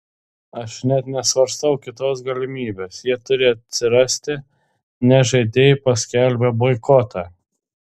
aš net nesvarstau kitos galimybės jie turi atsirasti nes žaidėjai paskelbė boikotą